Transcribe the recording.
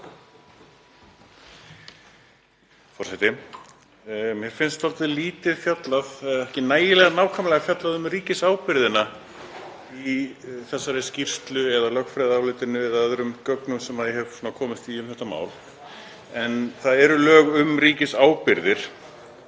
Mér finnst ekki nægilega nákvæmlega fjallað um ríkisábyrgðina í þessari skýrslu, lögfræðiálitinu eða öðrum gögnum sem ég hef komist í um þetta mál. Það eru lög um ríkisábyrgðir